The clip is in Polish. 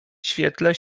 świetle